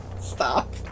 Stop